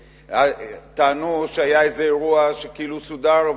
טענו שהיה איזה אירוע שכאילו סודר,